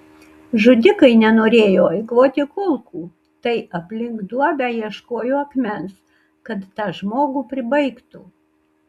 žudikai nenorėjo eikvoti kulkų tai aplink duobę ieškojo akmens kad tą žmogų pribaigtų